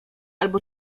albo